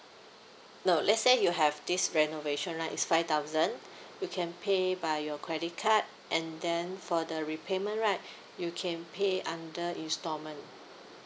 no let's say you have this renovation right is five thousand you can pay by your credit card and then for the repayment right you can pay under installment